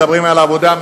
מדברים על עבודה,